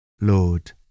Lord